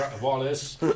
Wallace